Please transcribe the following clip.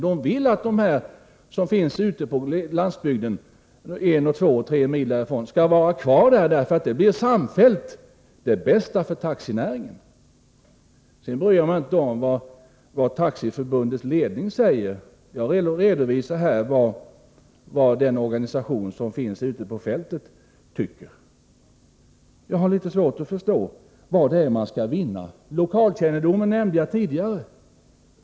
De vill att taxiägarna ute på landsbygden skall stanna kvar där, eftersom det samfällt är det bästa för taxinäringen och för kunderna. Jag redovisar vad organisationen ute på fältet tycker. Jag har litet svårt att förstå vad man kan vinna på en ändring. Lokalkännedomen talade jag om tidigare.